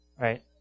Right